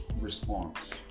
response